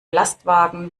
lastwagen